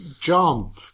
jump